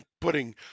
putting